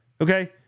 Okay